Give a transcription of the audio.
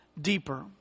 deeper